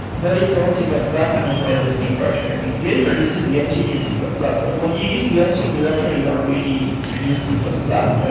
but it's all c plus plus and inside of a same project. i mean, the editor uses the engine in c plus plus. but when you use the engine, and you actually don't really use c plus plus.